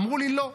אמרו לי: לא,